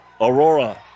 Aurora